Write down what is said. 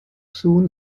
soon